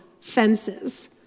fences